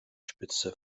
spitze